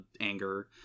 Anger